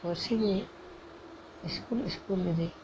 ᱯᱟᱨᱥᱤ ᱜᱮ school school ᱡᱩᱫᱤ